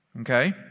Okay